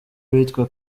witwa